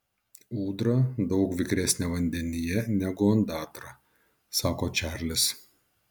ūdra daug vikresnė vandenyje negu ondatra sako čarlis